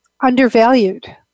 undervalued